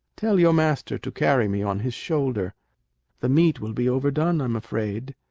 tell your master to carry me on his shoulder the meat will be overdone, i'm afraid.